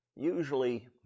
Usually